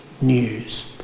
news